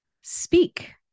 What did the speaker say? speak